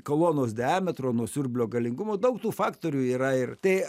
kolonos diametro nuo siurblio galingumo daug tų faktorių yra ir tai